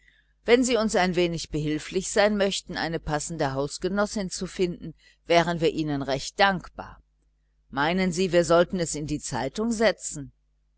wenn sie uns ein wenig behilflich sein möchten eine passende hausgenossin zu finden wären wir ihnen recht dankbar meinen sie wir sollen es in die zeitung setzen